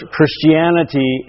Christianity